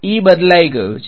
વિદ્યાર્થી E બદલાઈ ગયો છે